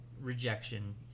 rejection